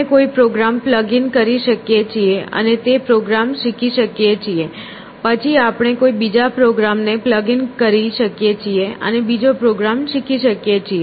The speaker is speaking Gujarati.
આપણે કોઈ પ્રોગ્રામ પ્લગ ઈન કરી શકીએ છીએ અને તે પ્રોગ્રામ શીખી શકીએ છીએ પછી આપણે કોઈ બીજા પ્રોગ્રામને પ્લગ ઈન કરી શકીએ છીએ અને બીજો પ્રોગ્રામ શીખી શકીએ છીએ